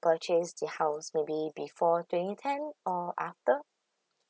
purchase the house maybe before twenty ten or after